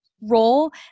role